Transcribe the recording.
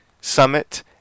summit